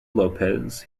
lopez